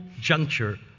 juncture